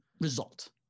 result